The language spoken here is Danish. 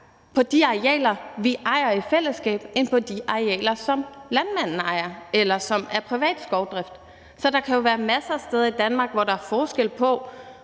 til de arealer, vi ejer i fællesskab, end til de arealer, som landmanden ejer, eller som er privat skovdrift. Så der kan jo være masser af steder i Danmark, hvor der er forskel på,